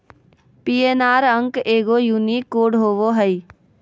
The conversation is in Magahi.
पी.एन.आर अंक एगो यूनिक कोड होबो हइ